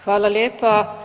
Hvala lijepa.